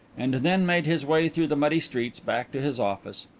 and then made his way through the muddy streets back to his office.